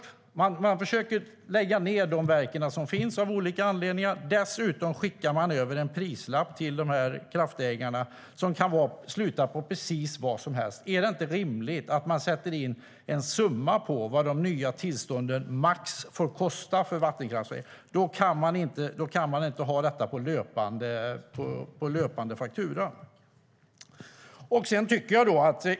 Man försöker lägga ned de verk som finns av olika anledningar. Dessutom skickar man över en prislapp till kraftägarna som kan sluta på precis vad som helst. Är det inte rimligt att sätta en summa för vad de nya tillstånden max får kosta för vattenkraftverken? Då kan man inte ta ut kostnaden på löpande faktura.